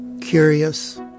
Curious